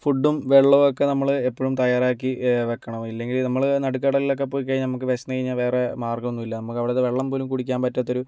ഫുഡും വെള്ളവും ഒക്കെ നമ്മൾ എപ്പോഴും തയ്യാറാക്കി വെക്കണം ഇല്ലെങ്കിൽ നമ്മൾ നടുക്കടലിൽ ഒക്കെ പോയി കഴിഞ്ഞാൽ നമുക്ക് വിശന്ന് കഴിഞ്ഞാൽ വേറെ മാര്ഗ്ഗം ഒന്നുമില്ല നമുക്കവിടുത്തെ വെള്ളം പോലും കുടിക്കാൻ പറ്റാത്ത ഒരു